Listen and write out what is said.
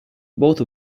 both